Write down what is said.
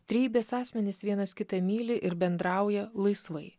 trejybės asmenys vienas kitą myli ir bendrauja laisvai